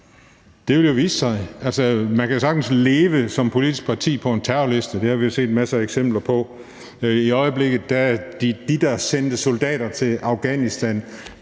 Det vil jo vise sig. Altså, man kan jo sagtens leve som politisk parti på en terrorliste. Det har vi jo set masser af eksempler på. I øjeblikket vil de, der sendte soldater til Afghanistan,